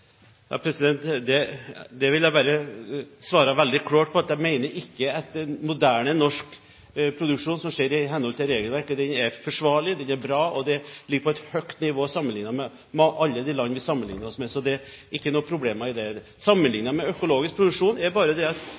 vil bare svare veldig klart at jeg mener at moderne norsk produksjon skjer i henhold til regelverket. Den er forsvarlig, den er bra, og den ligger på et høyt nivå sammenlignet med alle de land vi sammenligner oss med. Så der er det ikke noen problemer. Når det gjelder økologisk produksjon, har vi en ambisjon om å øke det området. Det er